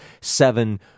seven